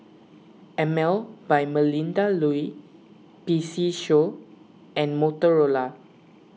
Emel by Melinda Looi P C Show and Motorola